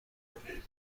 بسپرین